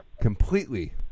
completely –